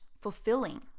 fulfilling